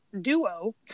duo